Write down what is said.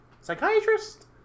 Psychiatrist